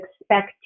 expect